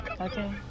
Okay